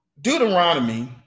Deuteronomy